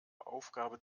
aufgabe